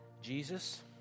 Jesus